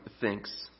thinks